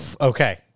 Okay